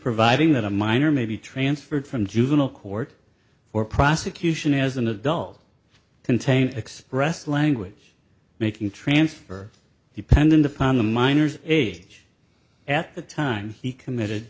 providing that a minor may be transferred from juvenile court for prosecution as an adult contained expressed language making transfer dependent upon the minors age at the time he committed